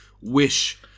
wish